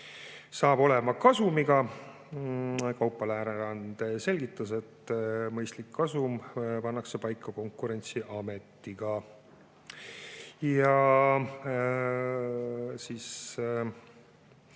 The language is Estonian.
saab olema kasumiga. Kaupo Läänerand selgitas, et mõistlik kasum pannakse paika koos Konkurentsiametiga. Meie